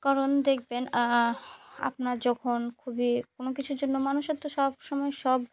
কারণ দেখবেন আপনার যখন খুবই কোনো কিছুর জন্য মানুষের তো সব সময় সব